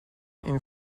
این